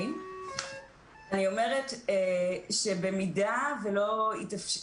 אני חושבת ששילוב